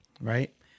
Right